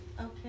Okay